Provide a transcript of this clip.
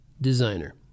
designer